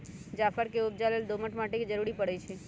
जाफर के उपजा लेल दोमट माटि के जरूरी परै छइ